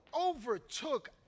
overtook